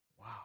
Wow